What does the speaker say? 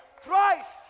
Christ